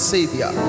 Savior